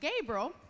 Gabriel